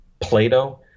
Plato